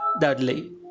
Dudley